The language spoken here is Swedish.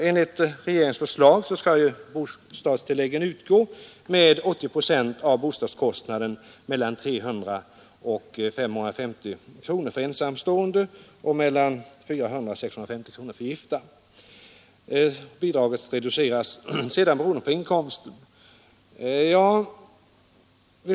Enligt regeringens förslag skall bostadstilläggen utgå med 80 procent av bostadskostnaden, mellan 300 och 550 kronor för ensamstående och mellan 400 och 650 kronor för gifta. Detta bidrag reduceras sedan beroende på inkomsten.